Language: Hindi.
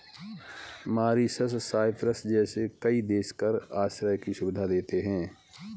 मॉरीशस, साइप्रस जैसे कई देश कर आश्रय की सुविधा देते हैं